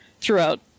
throughout